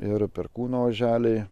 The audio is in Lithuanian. ir perkūno oželiai